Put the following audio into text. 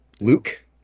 Luke